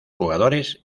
jugadores